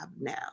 now